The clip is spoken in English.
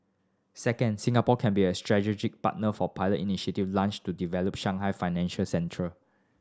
second Singapore can be a strategic partner for pilot initiative launched to develop Shanghai financial centre